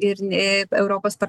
ir europos parlamentui